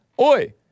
Oi